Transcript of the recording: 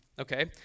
okay